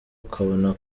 ukabona